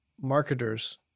marketers